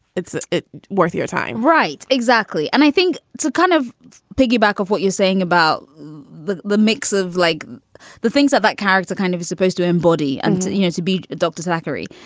it's worth your time. right exactly. and i think it's a kind of piggyback of what you're saying about the the mix of like the things that that characters are kind of supposed to embody and you know, to be dr. zachary,